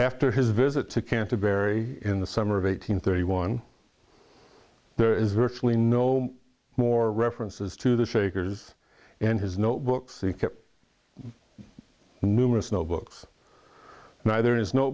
after his visit to canterbury in the summer of eight hundred thirty one there is virtually no more references to the shakers in his notebook secret numerous no books now there is no